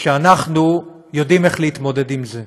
אנחנו יודעים איך להתמודד עם זה,